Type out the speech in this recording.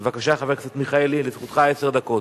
בבקשה, חבר הכנסת מיכאלי, לזכותך עשר דקות.